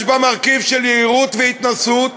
יש בה מרכיב של יהירות והתנשאות.